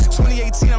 2018